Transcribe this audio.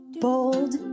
bold